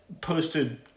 posted